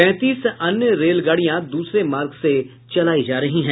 पैंतीस अन्य रेलगाड़ियां दूसरे मार्ग से चलायी जा रही है